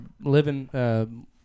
living